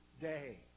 day